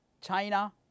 China